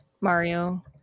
Mario